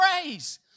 praise